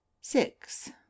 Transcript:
six